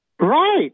Right